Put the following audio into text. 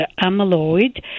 amyloid